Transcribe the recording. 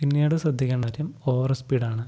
പിന്നീട് ശ്രദ്ധിക്കേണ്ട കാര്യം ഓവർ സ്പീഡാണ്